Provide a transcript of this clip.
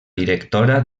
directora